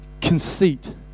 conceit